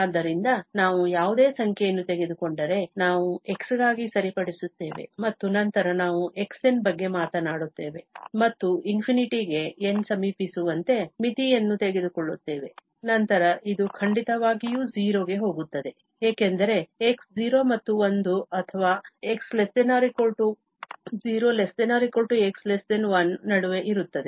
ಆದ್ದರಿಂದ ನಾವು ಯಾವುದೇ ಸಂಖ್ಯೆಯನ್ನು ತೆಗೆದುಕೊಂಡರೆ ನಾವು x ಗಾಗಿ ಸರಿಪಡಿಸುತ್ತೇವೆ ಮತ್ತು ನಂತರ ನಾವು xn ಬಗ್ಗೆ ಮಾತನಾಡುತ್ತೇವೆ ಮತ್ತು ∞ ಗೆ n ಸಮೀಪಿಸುವಂತೆ ಮಿತಿಯನ್ನು ತೆಗೆದುಕೊಳ್ಳುತ್ತೇವೆ ನಂತರ ಇದು ಖಂಡಿತವಾಗಿಯೂ 0 ಗೆ ಹೋಗುತ್ತದೆ ಏಕೆಂದರೆ x 0 ಮತ್ತು 1 ಅಥವಾ 0 ≤ x 1 ನಡುವೆ ಇರುತ್ತದೆ